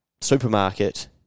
supermarket